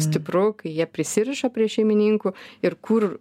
stipru kai jie prisiriša prie šeimininkų ir kur